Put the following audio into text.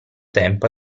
tempo